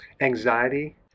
anxiety